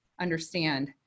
understand